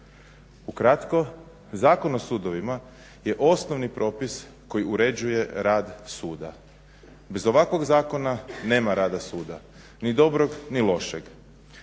Ukratko Zakon o sudovima je osnovni propis koji uređuje rad suda. Bez ovakvog zakona nema rada suda, ni dobrog, ni lošeg.